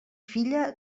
filla